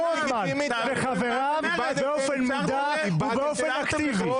רוטמן וחבריו באופן מודע ובאופן אקטיבי.